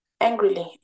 angrily